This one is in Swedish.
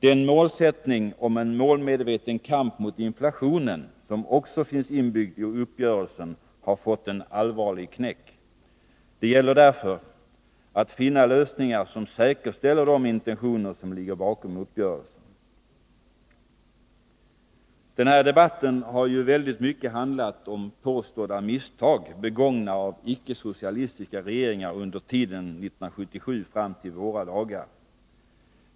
Den målsättning beträffande en målmedveten kamp mot inflationen som också finns inbyggd i uppgörelsen har fått en allvarlig knäck. Det gäller därför att finna lösningar som säkerställer intentionerna bakom uppgörelsen. Den här debatten har ju i väldigt stor utsträckning handlat om påstådda misstag begångna av icke-socialistiska regeringar under tiden 1977 och fram till våra dagar.